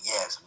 Yes